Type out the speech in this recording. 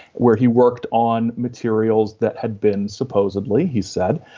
where he worked on materials that had been supposedly, he said,